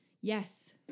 Yes